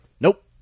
Nope